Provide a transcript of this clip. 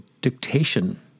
dictation